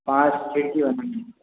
पाँच खिड़की बनानी है